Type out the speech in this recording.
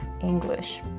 English